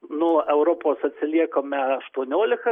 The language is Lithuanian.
nuo europos atsiliekame aštuoniolika